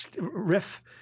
Riff